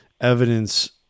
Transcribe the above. evidence